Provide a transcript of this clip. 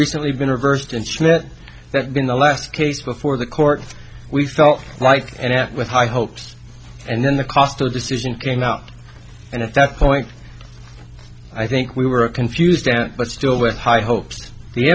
recently been reversed and schmidt that been the last case before the court we felt like and half with high hopes and then the cost of the decision came out and at that point i think we were confused at but still with high hopes the